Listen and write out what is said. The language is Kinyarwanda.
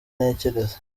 ntekereza